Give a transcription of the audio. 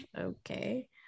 okay